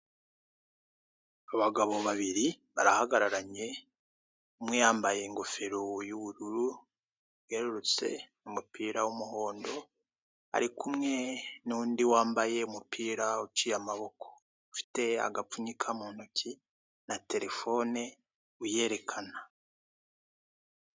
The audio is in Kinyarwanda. Abagabo babiri barahagararanye, umwe yambaye ingofero y'ubururu yerurutse, umupira w'umuhondo, ari kumwe n'undi wambaye umupira uciye amaboko, ufite agapfunyika mu ntoki na telefone uyerekana.